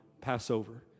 Passover